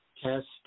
test